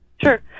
Sure